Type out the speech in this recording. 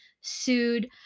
sued